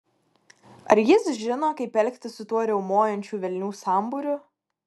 ar jis žino kaip elgtis su tuo riaumojančių velnių sambūriu